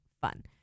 fun